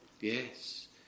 Yes